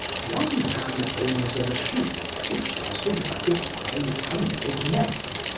one man owns a machine which does the work of five hundred men.